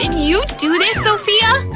you do this, sophia!